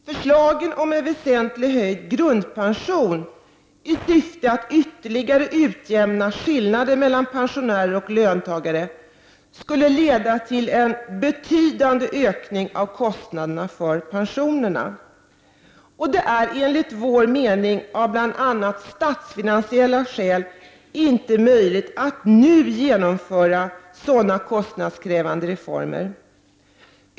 Förslagen om väsentligt höjd grundpension i syfte att ytterligare utjämna skillnader mellan pensionärer och löntagare skulle leda till en betydande ökning av kostnaderna för pensionerna. Det är, enligt utskottets mening, av bl.a. statsfinansiella skäl inte möjligt att nu genomföra sådana kostnadskrävande reformer.